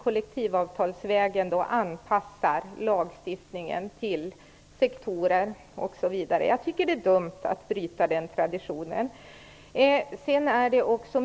Kollektivavtalsvägen anpassar vi sedan lagstiftningen till sektorer osv. Jag tycker att det är dumt att bryta den traditionen.